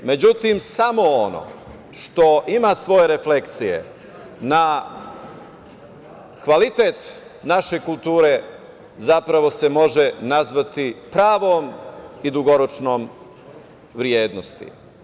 Međutim, samo ono što ima svoje refleksije na kvalitet naše kulture zapravo se može nazvati pravom i dugoročnom vrednosti.